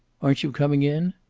aren't you coming in?